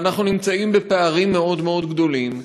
ואנחנו נמצאים בפערים מאוד מאוד גדולים,